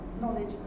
knowledge